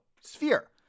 sphere